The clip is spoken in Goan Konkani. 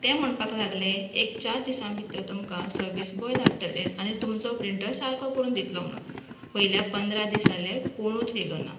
ते म्हणपाक लागलें एक चार दिसां भितर तुमकां सर्वीस बॉय धाडटलें आनी तुमचो प्रिंन्टर सारको करून दितलो म्हणून पळयल्यार पंदरा दिस जालें कोणूच येयलो ना